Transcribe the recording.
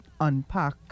unpack